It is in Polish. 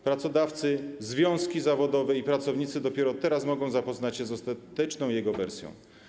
Pracodawcy, związki zawodowe i pracownicy dopiero teraz mogą zapoznać się z ostateczną jego wersją.